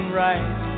right